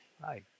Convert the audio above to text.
Hi